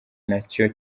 nacyo